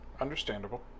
Understandable